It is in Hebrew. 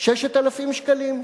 6,000 שקלים?